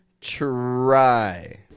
try